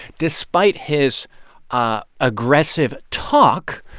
despite his ah aggressive talk,